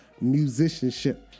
musicianship